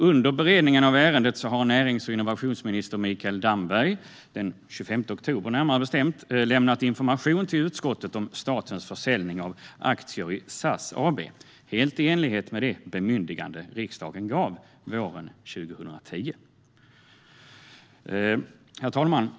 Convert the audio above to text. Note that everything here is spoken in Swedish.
Under beredningen av ärendet har närings och innovationsminister Mikael Damberg, närmare bestämt den 25 oktober, lämnat information till utskottet om statens försäljning av aktier i SAS AB, helt i enlighet med det bemyndigande som riksdagen gav våren 2010. Herr talman!